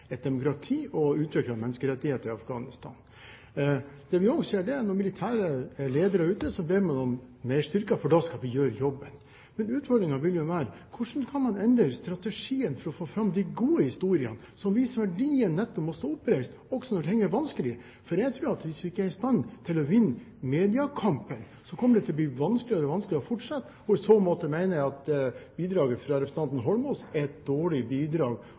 demokrati og utvikling av menneskerettigheter i Afghanistan. Vi ser også at når militære ledere er ute, ber man om mer styrker, for da skal vi gjøre jobben. Men utfordringen vil være hvordan man kan endre strategien for å få fram de gode historiene som viser verdien av å stå oppreist også når ting er vanskelig. Jeg tror at hvis vi ikke er i stand til å vinne mediekampen, kommer det til å bli vanskeligere og vanskeligere å fortsette. I så måte mener jeg at bidraget fra representanten Holmås er et dårlig bidrag,